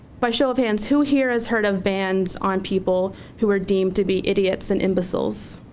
by show of hands, who here has heard of bans on people who are deemed to be idiots and imbeciles.